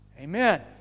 Amen